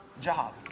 job